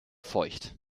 feucht